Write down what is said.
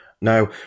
Now